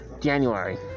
January